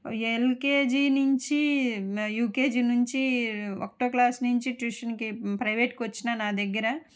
LKG నుంచి UKG నుంచి ఒకటవ క్లాస్ నుంచి ట్యూషన్కి ప్రైవేట్కు వచ్చినా నా దగ్గర